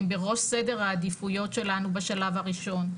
והם בראש סדר העדיפויות שלנו בשלב הראשון.